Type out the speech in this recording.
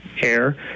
air